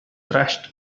thrashed